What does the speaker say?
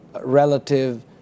relative